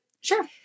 Sure